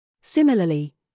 Similarly